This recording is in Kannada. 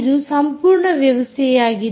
ಇದು ಸಂಪೂರ್ಣ ವ್ಯವಸ್ಥೆಯಾಗಿದೆ